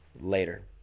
later